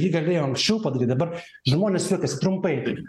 jį galėjo anksčiau padaryt dabar žmonės juokiasi trumpai tai